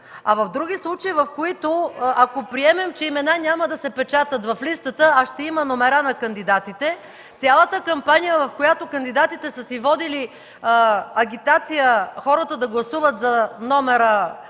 а в други случаи, в които, ако приемем, че имена няма да се печатат в листата, а ще има номера на кандидатите, цялата кампания, в която кандидатите са си водили агитация хората да гласуват за номера